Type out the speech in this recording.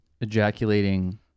Ejaculating